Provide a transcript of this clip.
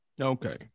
Okay